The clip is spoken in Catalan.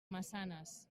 massanes